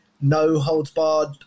no-holds-barred